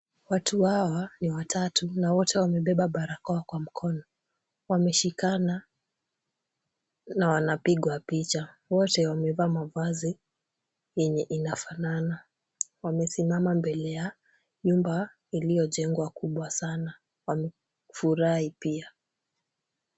Watu hawa ni watatu na wote wamebeba barakoa kwa mkono. Wameshikana na wanapigwa picha. Wote wamevaa mavazi yenye inafanana. Wamesimama mbele ya nyumba iliyojengwa kubwa sana. Wamefurahi pia.